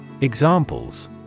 Examples